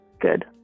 good